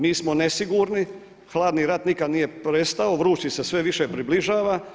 Mi smo nesigurni, hladni rat nikad nije prestao, vrući se sve više približava.